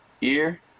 ear